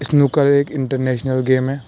snooker ایک international game ہے